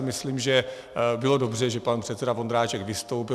Myslím si, že bylo dobře, že pan předseda Vondráček vystoupil.